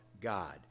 God